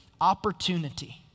opportunity